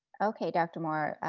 okay dr. moore,